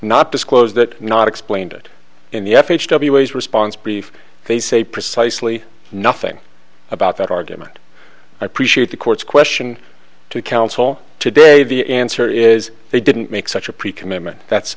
not disclose that not explained it in the f h a response brief they say precisely nothing about that argument i appreciate the court's question to counsel today the answer is they didn't make such a pre commitment that's